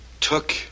took